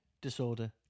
disorder